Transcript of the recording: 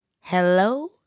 Hello